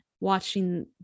watching